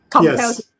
Yes